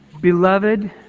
Beloved